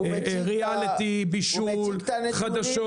ריאליטי, בישול, חדשות